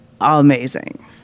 amazing